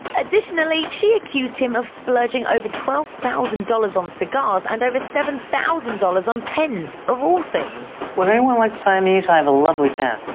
additionally, she accused him of splurging over twelve thousand dollars on cigars and over seven thousand dollars on pens, of all things. would anyone like to sign these? i have a lovely pen.